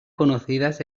conocidas